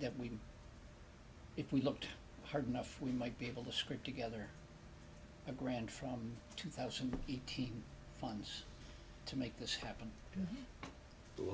that we if we looked hard enough we might be able to scrape together a grand from two thousand and eighteen funds to make this happen and